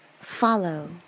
Follow